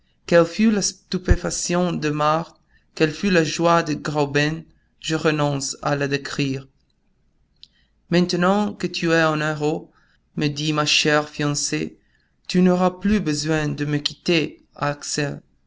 de marthe quelle fut la joie de graüben je renonce à le décrire maintenant que tu es un héros me dit ma chère fiancée tu n'auras plus besoin de me quitter